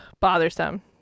bothersome